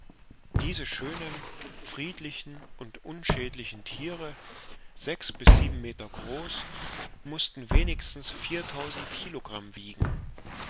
diese schönen friedlichen und unschädlichen thiere sechs bis sieben meter groß mußten wenigstens viertausend kilogramm wiegen